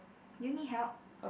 do you need help